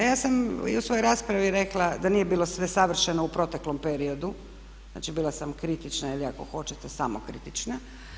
Ja sam i u svojoj raspravi rekla da nije bilo sve savršeno u proteklom periodu, znači bila sam kritična ili ako hoćete samokritična.